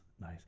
nice